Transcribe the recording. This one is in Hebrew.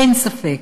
אין ספק.